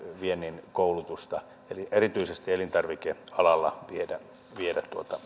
viennin koulutusta erityisesti elintarvikealalla viedä viedä